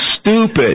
stupid